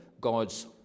God's